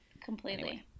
completely